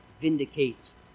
vindicates